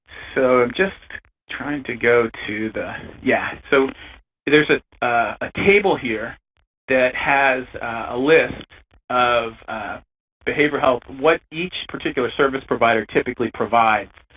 so i'm just trying to go to the yeah. so there's ah a table here that has a list of behavioral health, what each particular service provider typically provides.